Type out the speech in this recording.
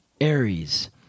Aries